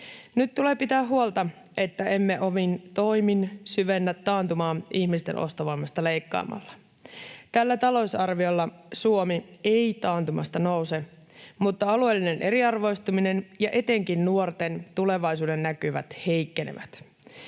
Nyt tulee pitää huolta, että emme omin toimin syvennä taantumaa ihmisten ostovoimasta leikkaamalla. Tällä talousarviolla Suomi ei taantumasta nouse, mutta alueellinen eriarvoistuminen ja etenkin nuorten tulevaisuudennäkymät heikkenevät.